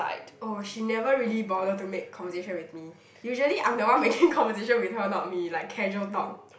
oh she never really bother to make conversation with me usually I'm the one making conversation with her not me like casual talk